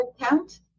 account